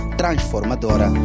transformadora